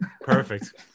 perfect